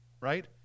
Right